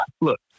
Look